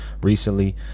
recently